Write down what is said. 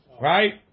Right